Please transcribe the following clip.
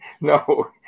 No